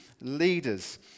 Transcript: leaders